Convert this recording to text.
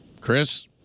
Chris